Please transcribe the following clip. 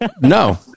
no